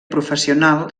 professional